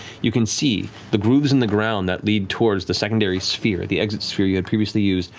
you can see, the grooves in the ground that lead towards the secondary sphere, the exit sphere you had previously used,